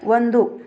ಒಂದು